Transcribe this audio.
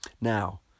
Now